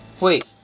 Wait